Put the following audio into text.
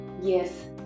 yes